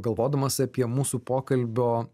galvodamas apie mūsų pokalbio